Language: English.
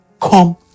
come